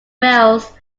wells